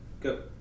go